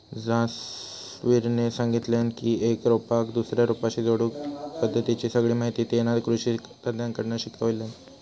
जसवीरने सांगितल्यान की एका रोपाक दुसऱ्या रोपाशी जोडुची पद्धतीची सगळी माहिती तेना कृषि तज्ञांकडना शिकल्यान